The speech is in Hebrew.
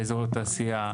באזור התעשייה.